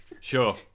Sure